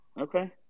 Okay